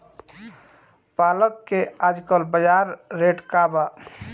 पालक के आजकल बजार रेट का बा?